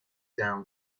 down